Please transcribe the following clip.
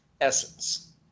essence